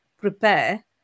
prepare